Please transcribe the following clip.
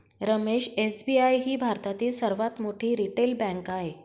Ramesh SBI ही भारतातील सर्वात मोठी रिटेल बँक आहे